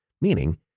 meaning